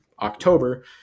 October